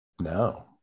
No